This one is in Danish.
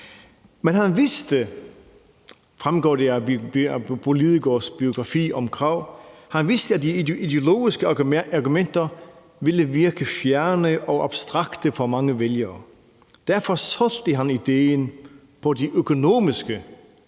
om Krag, at de ideologiske argumenter ville virke fjerne og abstrakte for mange vælgere, og derfor solgte han idéen med de økonomiske